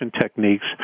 techniques